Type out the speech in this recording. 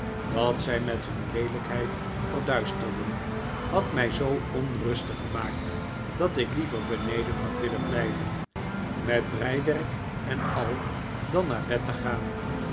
dat zij met hun leelijkheid verduisterden had mij zoo onrustig gemaakt dat ik liever beneden had willen blijven met breiwerk en al dan naar bed te gaan